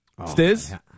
Stiz